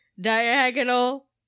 diagonal